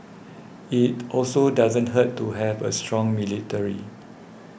it also doesn't hurt to have a strong military